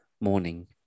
morning